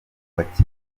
bakinnyi